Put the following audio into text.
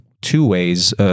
two-ways